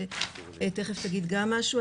שתכף גם תגיד משהו.